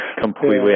Completely